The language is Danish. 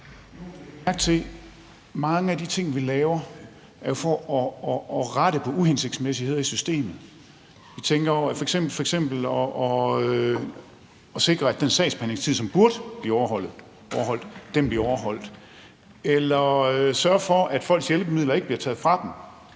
mange af de ting, vi laver, er for at rette på uhensigtsmæssigheder i systemet, f.eks. at sikre, at den sagsbehandlingstid, som burde blive overholdt, bliver overholdt, eller at sørge for, at folks hjælpemidler ikke bliver taget fra dem,